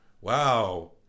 Wow